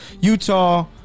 Utah